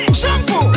shampoo